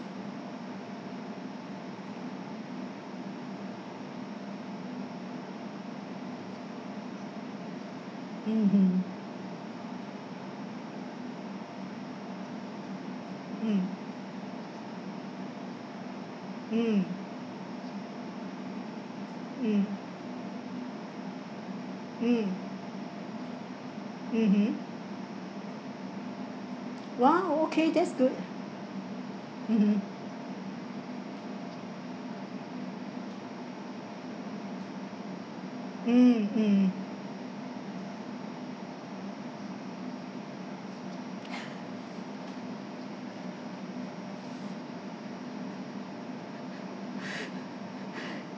mmhmm mm mm mm mm mmhmm !wow! okay that's good mmhmm mm mm